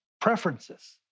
preferences